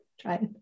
Try